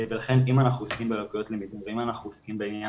ולכן אם אנחנו עוסקים בלקויות למידה ואם אנחנו עוסקים בעניין